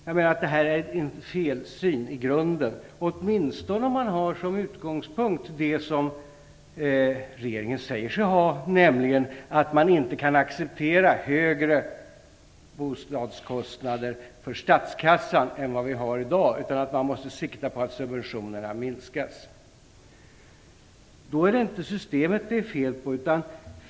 Jag menar att det här är en felsyn i grunden - åtminstone om man har som utgångspunkt det som regeringen säger sig ha, nämligen att man inte kan acceptera högre bostadskostnader för statskassan än vad vi har i dag utan att man måste sikta på att subventionerna minskas. Det är då inte systemet det är fel på.